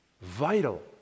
vital